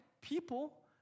people